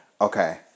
okay